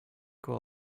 think